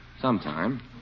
sometime